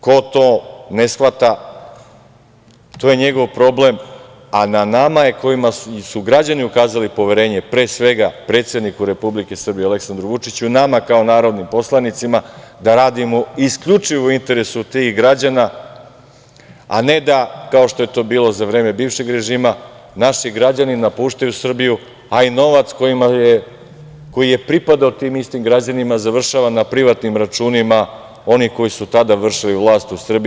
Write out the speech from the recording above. Ko to ne shvata, to je njegov problem, a na nama je, kojima su građani ukazali poverenje, pre svega predsedniku republike Aleksandru Vučiću, nama kao narodnim poslanicima, da radimo isključivo u interesu tih građana, a ne da kao što je to bilo za vreme bivšeg režima, naši građani napuštaju Srbiju, a i novac koji je pripadao tim istim građanima završava na privatnim računima onih koji su tada vršili vlast u Srbiji.